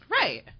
Right